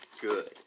good